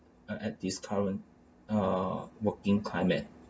uh at this current uh working climate